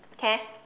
can